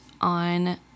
on